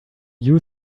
you